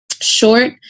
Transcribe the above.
Short